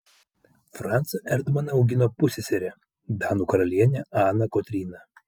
francą erdmaną augino pusseserė danų karalienė ana kotryna